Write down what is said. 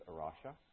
Arasha